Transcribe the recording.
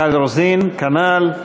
מיכל רוזין, כנ"ל,